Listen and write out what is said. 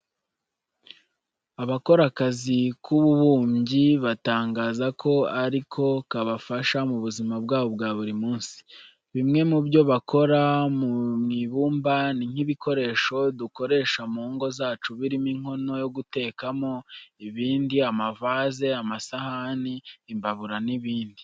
Abakora akazi k'ububumbyi batangaza ko ari ko kabafasha mu buzima bwabo bwa buri munsi. Bimwe mu byo bakora mu ibumba ni nk'ibikoresho dukoresha mu ngo zacu birimo inkono yo gutekamo, ibibindi, amavaze, amasahani, imbabura n'ibindi.